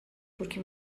porque